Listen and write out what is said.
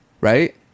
Right